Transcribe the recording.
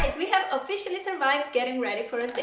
and we have officially survived getting ready for a date!